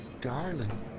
darling?